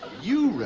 you